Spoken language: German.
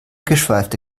geschweifte